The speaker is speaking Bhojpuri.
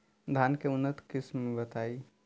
धान के उन्नत किस्म बताई?